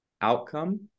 outcome